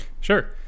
Sure